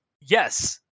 yes